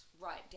right